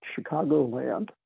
Chicagoland